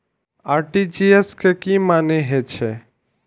RTGS के की मानें हे छे?